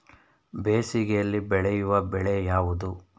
ಬೇಸಿಗೆಯಲ್ಲಿ ಬೆಳೆಯುವ ಬೆಳೆ ಯಾವುದು?